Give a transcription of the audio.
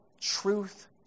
truth